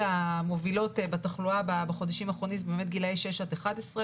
המובילות בתחלואה בחודשים האחרונים זה גילאי שש עד 11,